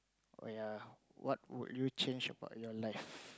oh ya what would you change about your life